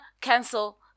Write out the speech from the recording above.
cancel